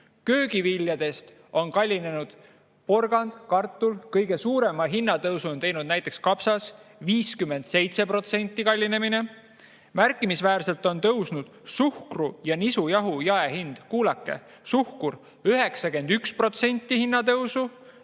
Köögiviljadest on kallinenud porgand, kartul, aga kõige suurema hinnatõusu on teinud kapsas – 57%. Märkimisväärselt on tõusnud suhkru ja nisujahu jaehind. Kuulake! Suhkur – 91% hinnatõusu,